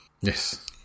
Yes